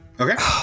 okay